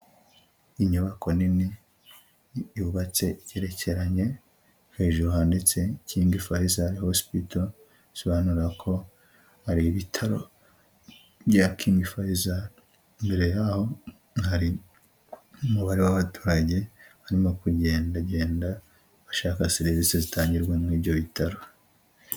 Inyubako nini yubatse igerekeranye, hejuru handitse, kingi Fayizari hosipito, bisobanura ko ari ibitaro bya kingi Fayizari. Imbere yaho hari umubare w'abaturage barimo kugendagenda bashaka serivisi zitangirwa muri ibyo bitaro.